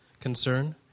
concern